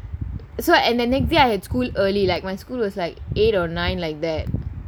so and the next day I had school early like my school was like eight or nine like that